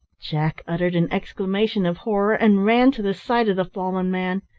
jack uttered an exclamation of horror and ran to the side of the fallen man.